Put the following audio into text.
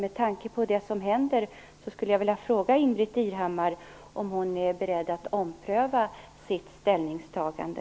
Med tanke på vad som händer skulle jag vilja fråga om Ingbritt Irhammar är beredd att ompröva sitt ställningstagande.